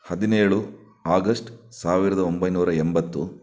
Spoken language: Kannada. ಹದಿನೇಳು ಆಗಸ್ಟ್ ಸಾವಿರದ ಒಂಬೈನೂರ ಎಂಬತ್ತು